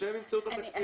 ושהם ימצאו את התקציב.